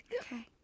Okay